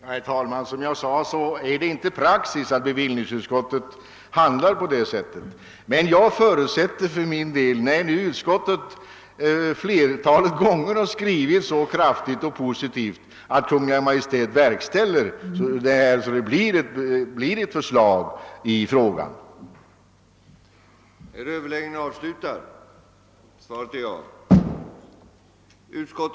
Herr talman! Som jag sade är det inte praxis att utskottet handlar på det sättet. Men när utskottet nu flera gånger har skrivit så kraftigt och positivt som fallet är förutsätter jag för min del att Kungl. Maj:t ser till att riksdagen får ett förslag i frågan.